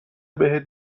بهت